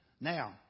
Now